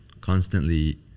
constantly